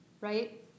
right